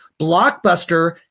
Blockbuster